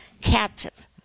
captive